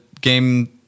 game